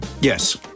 Yes